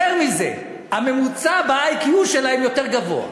יותר מזה, ה-IQ הממוצע שלהם יותר גבוה.